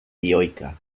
dioica